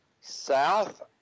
South